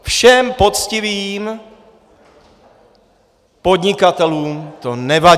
Všem poctivým podnikatelům to nevadí!